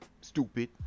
Stupid